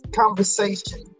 conversation